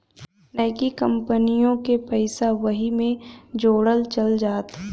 नइकी कंपनिओ के पइसा वही मे जोड़ल चल जात